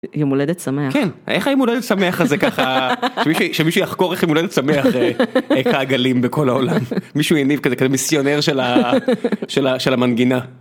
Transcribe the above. י-יום הולדת שמח. כן. איך היום הולדת שמח זה ככה... שמישהו-שמישהו יחקור איך יום הולדת שמח אה..., היכה גלים בכל העולם. מישהו הניב כזה-כזה מיסיונר של ה... של ה- של המנגינה.